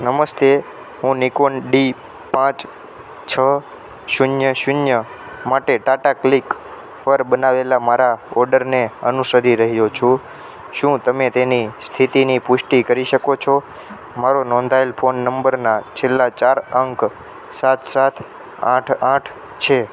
નમસ્તે હું Nikon D પાંચ છ શૂન્ય શૂન્ય માટે ટાટા ક્લિક પર બનાવેલા મારા ઓર્ડરને અનુસરી રહ્યો છું શું તમે તેની સ્થિતિની પુષ્ટી કરી શકો છો મારો નોંધાયેલ ફોન નંબરના છેલ્લા ચાર અંક સાત સાત આઠ આઠ છે